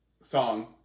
Song